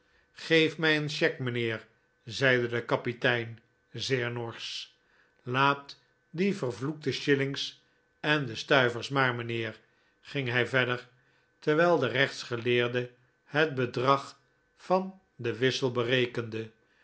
geef mij een cheque mijnheer zeide de kapitein zeer norsch laat die vervloekte shillings en de stuivers maar mijnheer ging hij verder terwijl de rechtsgeleerde het bedrag van den wissel berekende